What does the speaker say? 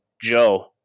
Joe